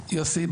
יוסי,